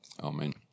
Amen